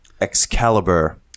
Excalibur